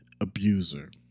abuser